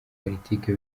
politiki